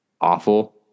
awful